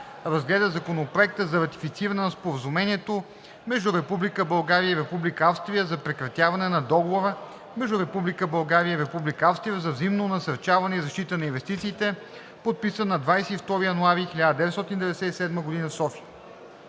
разгледа Законопроекта за ратифициране на Споразумението между Република България и Република Австрия за прекратяване на Договора между Република България и Република Австрия за взаимно насърчаване и защита на инвестициите, подписан на 22 януари 1997 г. в София.